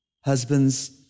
Husbands